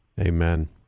Amen